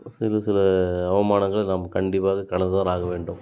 ஒரு சில சில அவமானங்களை நாம் கண்டிப்பாக கடந்துதான் ஆக வேண்டும்